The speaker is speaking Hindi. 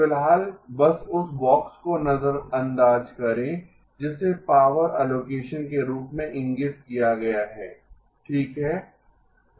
फिलहाल बस उस बॉक्स को नजरअंदाज करें जिसे पावर एलोकेशन के रूप में इंगित किया गया है ठीक है